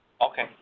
okay